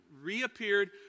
reappeared